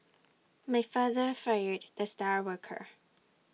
my father fired the star worker